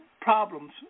problems